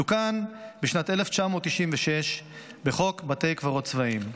תוקן בשנת 1996 חוק בתי קברות צבאיים.